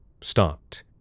stopped